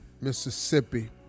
Mississippi